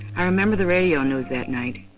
i remember the radio news that night,